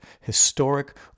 historic